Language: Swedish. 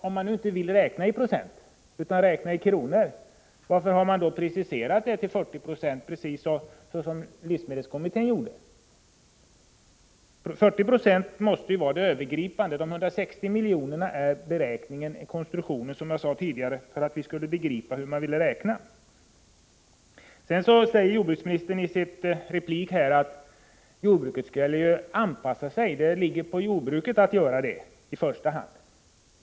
Om man nu inte vill räkna i procent utan i kronor — varför har man då preciserat det hela till 40 26, såsom livsmedelskommittén gjort? 40 20 måste vara det övergripande målet, och 160 milj.kr. är bara en beräkningskonstruktion, som jag sade tidigare, för att vi skulle begripa hur man har räknat. Sedan säger jordbruksministern i sin replik att jordbruket skall anpassa sig och att det i första hand ligger på jordbruket att göra det.